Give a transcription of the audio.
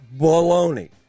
baloney